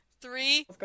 Three